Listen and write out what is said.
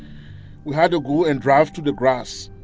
we had to go and drive through the grass.